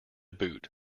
boot